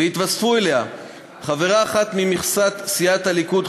ויתווספו אליה חברה אחת ממכסת סיעת הליכוד,